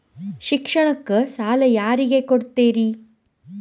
ಶಿಕ್ಷಣಕ್ಕ ಸಾಲ ಯಾರಿಗೆ ಕೊಡ್ತೇರಿ?